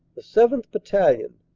the seventh. battalion,